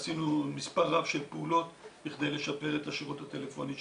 עשינו מספר רב של פעולות בכדי לשפר את השירות הטלפוני שלנו,